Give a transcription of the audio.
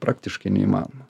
praktiškai neįmanoma